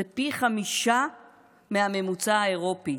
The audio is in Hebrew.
זה פי חמישה מהממוצע האירופי,